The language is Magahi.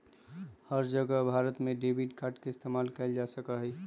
हर जगह भारत में डेबिट कार्ड के इस्तेमाल कइल जा सका हई